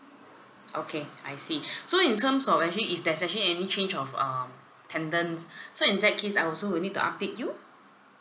okay I see so in terms of actually if there's actually any change of um tenants so in that case I also will need to update you